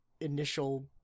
initial